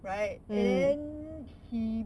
right then he